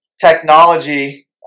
technology